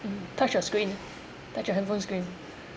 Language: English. touch your screen touch your handphone screen